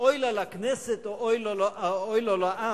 אוי לה לכנסת או אוי לו לעם,